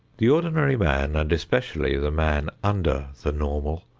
the ordinary man, and especially the man under the normal,